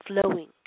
Flowing